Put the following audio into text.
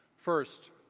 first,